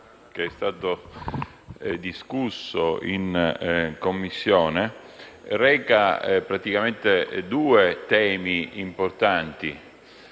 che è stato discusso in Commissione, reca due temi importanti.